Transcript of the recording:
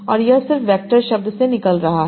और यह सिर्फ वैक्टर शब्द से निकल रहा है